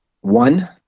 One